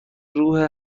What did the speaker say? روح